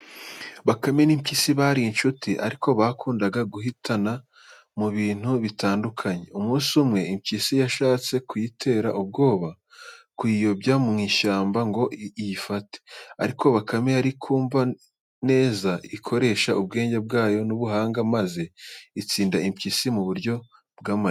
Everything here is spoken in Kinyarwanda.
Bakame n’impyisi bari inshuti ariko bakundaga guhatana mu bintu bitandukanye. Umunsi umwe, Impyisi yashatse kuyitera ubwoba no kuyiyobya mu ishyamba ngo iyifate. Ariko Bakame yari iri kumva neza, ikoresha ubwenge bwayo n’ubuhanga, maze itsinda Impyisi mu buryo bw’amayeri.